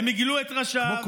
הם הגלו את אנשיו,